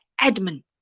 admin